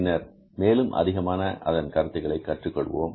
பின்னர் மேலும் அதிகமாக அதன் கருத்துக்களை கற்றுக்கொள்வோம்